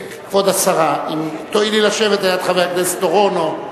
כבוד השרה, אם תואילי לשבת ליד חבר הכנסת אורון.